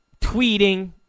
tweeting